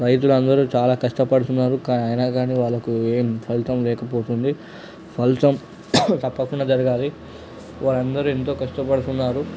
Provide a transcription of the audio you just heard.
రైతులందరూ చాలా కష్టపడుతున్నారు అయినా కాని వాళ్ళకు ఏం ఫలితం లేకపోతుంది ఫలితం తప్పకుండా జరగాలి వాళ్ళందరూ ఎంతో కష్టపడుతున్నారు